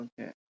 okay